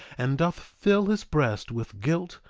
and doth fill his breast with guilt,